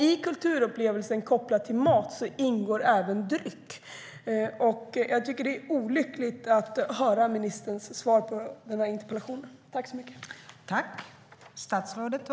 I kulturupplevelsen kopplad till mat ingår även dryck. Jag tycker att det är olyckligt att höra ministerns svar på den här interpellationen.